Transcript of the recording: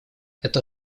это